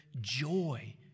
joy